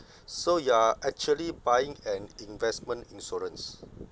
so you are actually buying an investment insurance